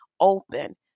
open